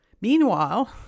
Meanwhile